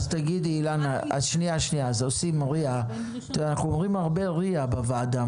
אנחנו אומרים הרבה RIA בוועדה.